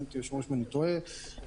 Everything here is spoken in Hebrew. ואמור להיות מוארך בחודש נוסף.